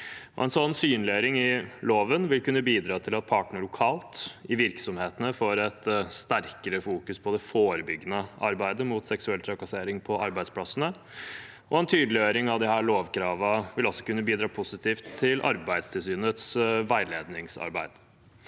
synliggjøring i loven vil kunne bidra til at partene lokalt, i virksomhetene, får et sterkere fokus på det forebyggende arbeidet mot seksuell trakassering på arbeidsplassene. En tydeliggjøring av disse lovkravene vil også kunne bidra positivt til Arbeidstilsynets veiledningsarbeid.